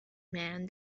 man